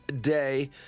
day